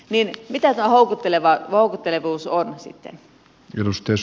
niin mitä tämä houkuttelevuus sitten on